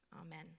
Amen